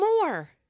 more